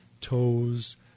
toes